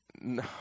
No